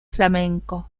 flamenco